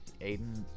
Aiden